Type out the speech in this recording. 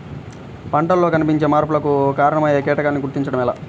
పంటలలో కనిపించే మార్పులకు కారణమయ్యే కీటకాన్ని గుర్తుంచటం ఎలా?